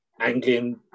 Anglian